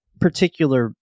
particular